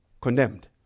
condemned